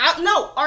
No